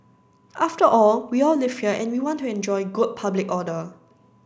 after all we all live here and we want to enjoy good public order